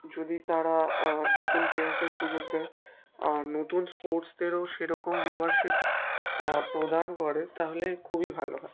যদি তারা নতুন প্লেয়ারসদের সুযোগ দেয় নতুন স্পোর্টসদেরও সেরকম ভিউয়ারশিপ প্রদান করে তাহলে খুবই ভালো হয়